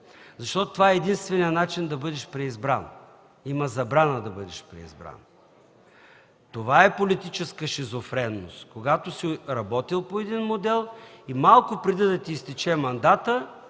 защото това е единственият начин да бъдеш преизбран – има забрана да бъдеш преизбран, това е политическа шизофренност: когато си работил по един модел и малко преди да ти изтече мандатът,